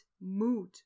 mood